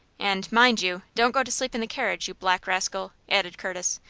and, mind you, don't go to sleep in the carriage, you black rascal! added curtis,